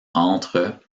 entre